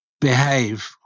behave